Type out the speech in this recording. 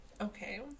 Okay